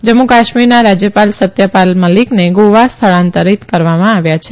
જમ્મુ કાશ્મીરના રાજ્યપાલ સત્યપા મલિકને ગોવા સ્થળાંતરિત કરવામાં આવ્યા છે